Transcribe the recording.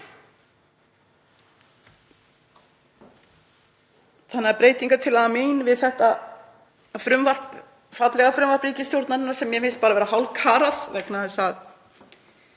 Þannig að breytingartillaga mín við þetta frumvarp, fallega frumvarp ríkisstjórnarinnar — sem mér finnst bara vera hálfkarað vegna þess að